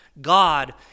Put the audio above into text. God